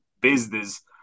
business